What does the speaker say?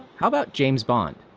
how about james bond?